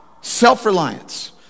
self-reliance